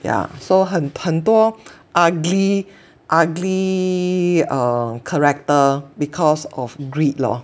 yeah so 很很多 ugly ugly um character because of greed lor